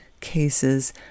cases